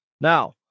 now